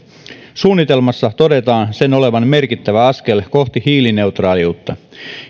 suunnitelmassa todetaan sen olevan merkittävä askel kohti hiilineutraaliutta